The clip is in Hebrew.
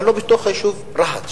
אבל לא בתוך היישוב רהט,